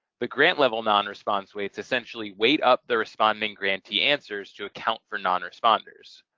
the grant-level non-response weights essentially weight up the responding grantee answers to account for non responders.